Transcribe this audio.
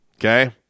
Okay